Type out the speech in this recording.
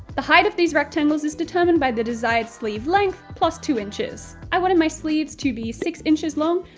the height of these rectangles is determined by the desired sleeve length, plus two inches. i wanted my sleeves to be six inches long,